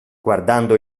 guardando